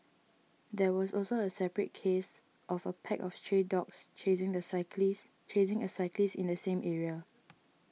there was also a separate case of a pack of stray dogs chasing a cyclist chasing a cyclist in the same area